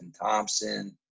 Thompson